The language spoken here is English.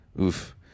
Oof